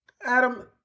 adam